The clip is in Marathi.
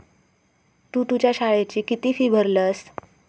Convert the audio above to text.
तु तुझ्या शाळेची किती फी भरलस?